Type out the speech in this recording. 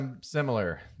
similar